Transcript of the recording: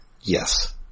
Yes